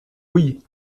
oui